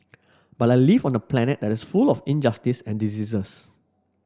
but I live on a planet that is full of injustice and diseases